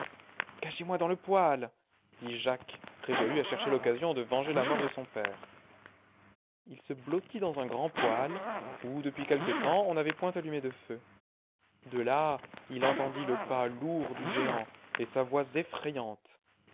gachez moi dans le poêle dit jacques résolu à chercher l'occasion de venger la mort de son père il se blottit dans un grand poêle où depuis quelque temps on n'avait point allumé de feu de là il entendit lepaslourd du géant et sa voix effrayante